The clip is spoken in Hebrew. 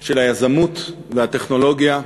של היזמות והטכנולוגיה,